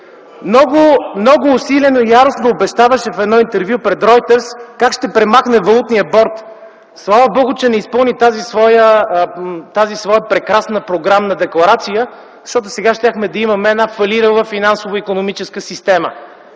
много усилено и яростно обещаваше в едно интервю пред Ройтерс как ще премахне Валутния борд. Слава Богу, че не изпълни тази своя прекрасна програмна декларация, защото сега щяхме да имаме една фалирала финансово-икономическа система.